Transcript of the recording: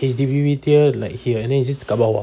H_D_B dia like here and then it's just kat bawah